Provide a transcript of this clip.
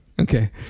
Okay